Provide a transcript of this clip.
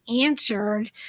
answered